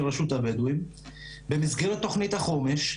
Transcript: כרשות הבדווים במסגרת תוכנית החומש,